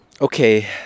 Okay